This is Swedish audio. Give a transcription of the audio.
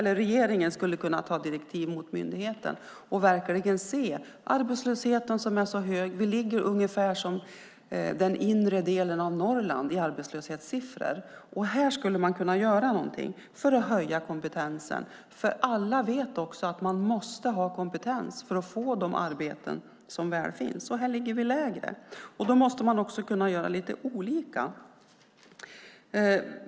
Regeringen skulle kunna ge direktiv till myndigheten. Arbetslösheten är så hög. Vi ligger ungefär som den inre delen av Norrland i arbetslöshetssiffror. Här skulle man kunna göra någonting för att höja kompetensen. Alla vet att man måste ha kompetens för att få de arbeten som väl finns. Här ligger vi lägre. Då måste man också kunna göra olika.